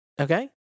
Okay